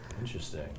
Interesting